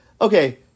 okay